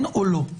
כן או לא?